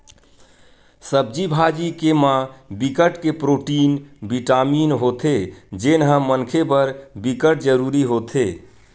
सब्जी भाजी के म बिकट के प्रोटीन, बिटामिन होथे जेन ह मनखे बर बिकट जरूरी होथे